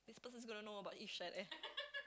this person's gonna know about Irshad eh